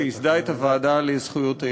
שייסדה את הוועדה לזכויות הילד.